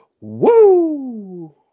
Woo